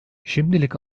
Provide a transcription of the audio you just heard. şimdilik